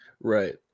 Right